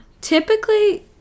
Typically